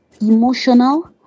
emotional